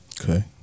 Okay